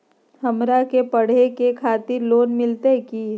हमरा के पढ़े के खातिर लोन मिलते की?